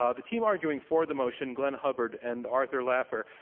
ah the team arguing for the motion, glenn hubbard and arthur laffer,